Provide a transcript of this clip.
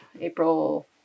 April